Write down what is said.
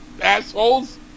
assholes